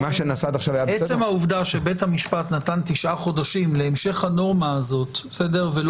עצם העובדה שבית המשפט נתן תשעה חודשים להמשך הנורמה הזאת ולא